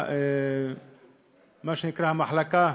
ממה שנקרא המחלקה,